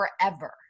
forever